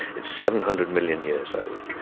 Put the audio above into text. it's seven hundred million years old,